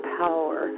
power